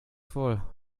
voll